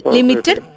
Limited